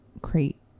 create